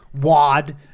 wad